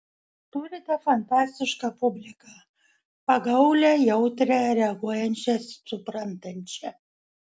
turite fantastišką publiką pagaulią jautrią reaguojančią suprantančią